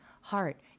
heart